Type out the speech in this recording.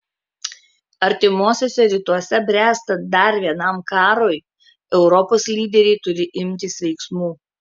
artimuosiuose rytuose bręstant dar vienam karui europos lyderiai turi imtis veiksmų